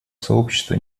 сообщества